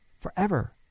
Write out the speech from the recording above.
forever